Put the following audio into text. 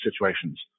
situations